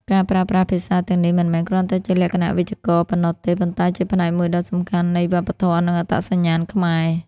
ការប្រើប្រាស់ភាសាទាំងនេះមិនមែនគ្រាន់តែជាលក្ខណៈវេយ្យាករណ៍ប៉ុណ្ណោះទេ ប៉ុន្តែជាផ្នែកមួយដ៏សំខាន់នៃវប្បធម៌ និងអត្តសញ្ញាណខ្មែរ។